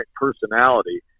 personality